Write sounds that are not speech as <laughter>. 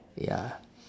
ya <breath>